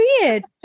weird